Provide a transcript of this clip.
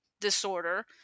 disorder